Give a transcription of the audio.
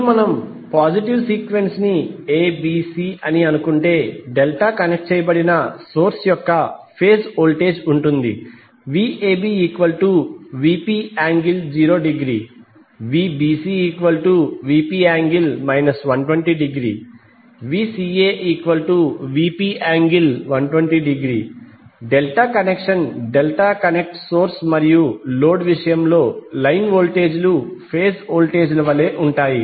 ఇప్పుడు మనంపాజిటివ్ సీక్వెన్స్ ని A B C అని అనుకుంటే డెల్టా కనెక్ట్ చేయబడిన సోర్స్ యొక్క ఫేజ్ వోల్టేజ్ ఉంటుంది VabVp∠0° VbcVp∠ 120° VcaVp∠120° delta connection delta connect source మరియు లోడ్ విషయంలో లైన్ వోల్టేజీలు ఫేజ్ వోల్టేజ్ల వలె ఉంటాయి